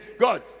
God